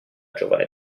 giovane